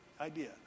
idea